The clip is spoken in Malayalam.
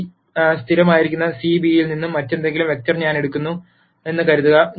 സി സ്ഥിരമായിരിക്കുന്ന C β ൽ നിന്ന് മറ്റെന്തെങ്കിലും വെക്റ്റർ ഞാൻ എടുക്കുമെന്ന് കരുതുക